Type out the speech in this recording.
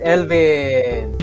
Elvin